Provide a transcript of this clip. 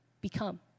become